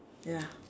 ya